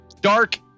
dark